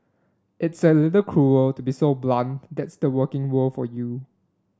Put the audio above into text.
it's a little cruel to be so blunt that's the working world for you